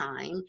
time